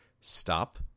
stop